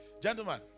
gentlemen